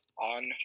on